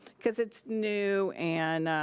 cause it's new and,